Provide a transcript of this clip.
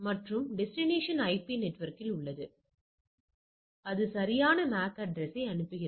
மற்றும் destination IP நெட்வொர்க்கில் உள்ளது அதாவது அது சரியான MAC அட்ரசையை அனுப்புகிறது